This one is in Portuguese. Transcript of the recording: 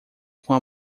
com